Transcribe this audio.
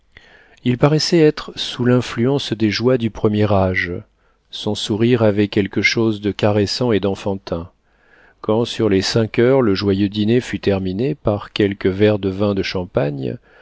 il paraissait être sous l'influence des joies du premier âge son sourire avait quelque chose de caressant et d'enfantin quand sur les cinq heures le joyeux dîner fut terminé par quelques verres de vin de champagne